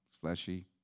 fleshy